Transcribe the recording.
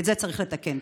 את זה צריך לתקן.